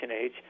age